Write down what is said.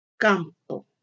Campo